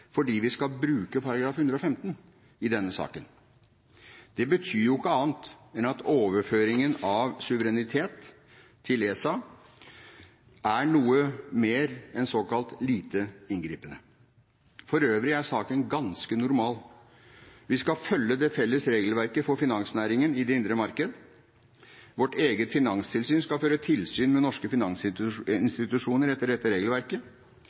fordi vi skal bruke § 115 i denne saken. Det betyr jo ikke annet enn at overføringen av suverenitet til ESA er noe mer enn såkalt lite inngripende. For øvrig er saken ganske normal. Vi skal følge det felles regelverket for finansnæringen i det indre marked. Vårt eget finanstilsyn skal føre tilsyn med norske finansinstitusjoner etter dette regelverket,